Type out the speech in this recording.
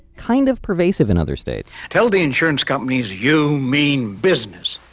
kind of pervasive in other states tell the insurance company you mean business.